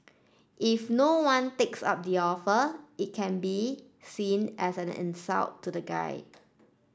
if no one takes up the offer it can be seen as an insult to the guy